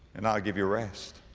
and i'll give you rest.